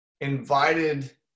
invited